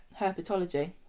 herpetology